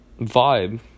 vibe